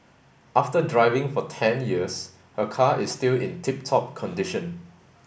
after driving for ten years her car is still in tip top condition